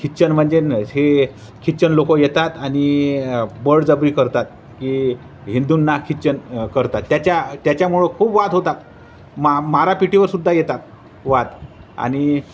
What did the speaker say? खिच्चन म्हणजे न हे खिच्चन लोक येतात आणि बळजबरी करतात की हिंदूंना खिच्चन करतात त्याच्या त्याच्यामुळं खूप वाद होतात मा मारापिटीवरसुद्धा येतात वाद आणि